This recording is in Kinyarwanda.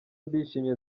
ndishimye